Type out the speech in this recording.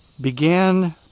began